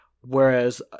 whereas